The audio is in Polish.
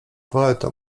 poeto